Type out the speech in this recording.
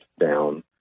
down